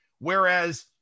Whereas